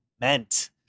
meant